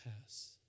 pass